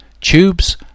Tubes